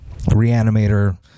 Reanimator